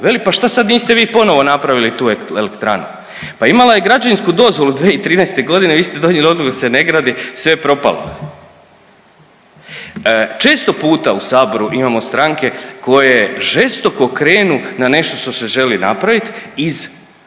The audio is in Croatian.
veli pa šta sad niste vi ponovo napravili tu elektranu. Pa imala je građevinsku dozvolu 2013. godine, vi ste donijeli odluku da se ne gradi, sve je propalo. Često puta u saboru imamo stranke koje žestoko krenu na nešto što se želi napraviti iz